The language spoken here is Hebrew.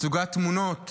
תמונות